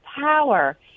power